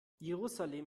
jerusalem